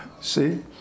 See